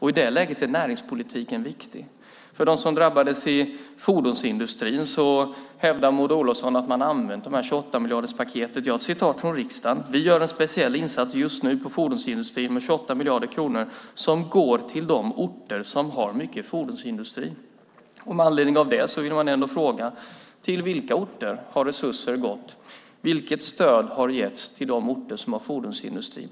I det läget är näringspolitiken viktig. Maud Olofsson hävdade att man hade använt 28-miljarderspaketet för dem som drabbades i fordonsindustrin. Jag har ett citat från riksdagen: Vi gör en speciell insats just nu på fordonsindustrin med 28 miljarder kronor som går till de orter som har mycket fordonsindustri. Med anledning av det vill man fråga: Till vilka orter har resurser gått? Vilket stöd har getts till de orter som har fordonsindustri?